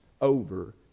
over